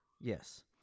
Yes